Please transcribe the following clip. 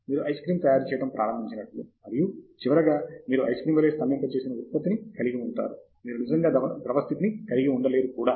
మీరు ice cream తయారు చేయడం ప్రారంభించినట్లు మరియు చివరగా మీరు ఐస్ క్రీం వలె స్తంభింపచేసిన ఉత్పత్తిని కలిగి ఉంటారు మీరు నిజంగా ద్రవ స్థితిని కలిగి ఉండలేరు కూడా